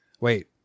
Wait